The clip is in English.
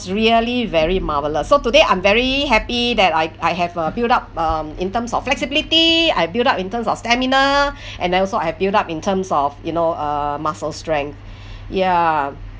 really very marvellous so today I'm very happy that I I have uh build up um in terms of flexibility I build up in terms of stamina and I also have built up in terms of you know uh muscle strength ya